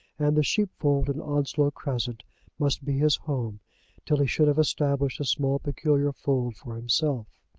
and the sheepfold in onslow crescent must be his home till he should have established a small peculiar fold for himself.